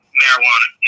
marijuana